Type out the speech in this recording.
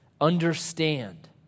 understand